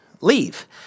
leave